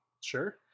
Sure